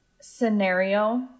scenario